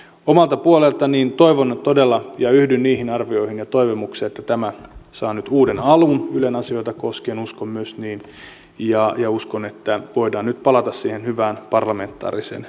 omalta puoleltani toivon todella ja yhdyn niihin arvioihin ja toivomuksiin että tämä saa nyt uuden alun ylen asioita koskien uskon myös niin ja uskon että voidaan nyt palata siihen hyvään parlamentaariseen menettelyyn